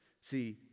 See